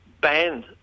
banned